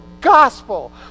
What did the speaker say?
gospel